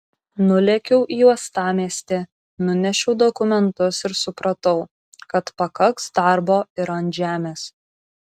nulėkiau į uostamiestį nunešiau dokumentus ir supratau kad pakaks darbo ir ant žemės